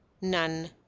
none